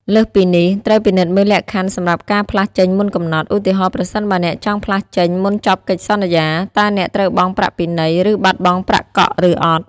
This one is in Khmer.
លើសពីនេះ ត្រូវពិនិត្យមើលលក្ខខណ្ឌសម្រាប់ការផ្លាស់ចេញមុនកំណត់ ឧទាហរណ៍ប្រសិនបើអ្នកចង់ផ្លាស់ចេញមុនចប់កិច្ចសន្យា តើអ្នកត្រូវបង់ប្រាក់ពិន័យ ឬបាត់បង់ប្រាក់កក់ឬអត់?